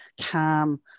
calm